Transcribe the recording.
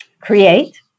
create